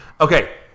Okay